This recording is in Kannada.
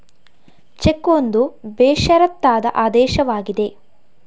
ಚೆಕ್ ಒಂದು ಬೇಷರತ್ತಾದ ಆದೇಶವಾಗಿದೆ